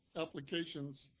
applications